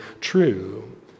true